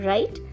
Right